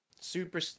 Super